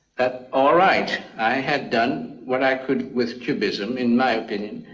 all right, i had done what i could with cubism in my opinion,